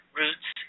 roots